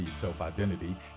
self-identity